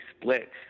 split